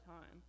time